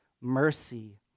mercy